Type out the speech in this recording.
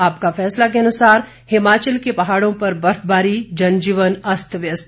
आपका फैसला के अनुसार हिमाचल के पहाड़ों पर बर्फबारी जनजीवन अस्त व्यस्त